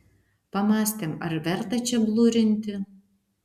pamąstėm ar verta čia blurinti